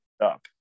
up